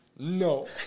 No